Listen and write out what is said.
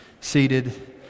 seated